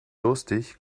durstig